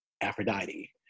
Aphrodite